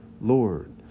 Lord